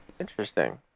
Interesting